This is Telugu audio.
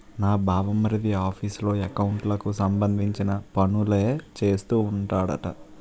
నా బావమరిది ఆఫీసులో ఎకౌంట్లకు సంబంధించిన పనులే చేస్తూ ఉంటాడట